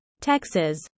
Texas